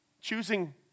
choosing